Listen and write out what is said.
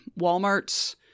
Walmart's